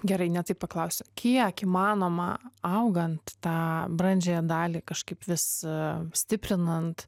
gerai ne taip paklausiu kiek įmanoma augant tą brandžiąją dalį kažkaip vis stiprinant